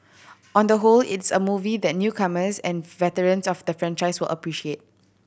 on the whole it's a movie that newcomers and veterans of the franchise will appreciate